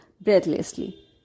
breathlessly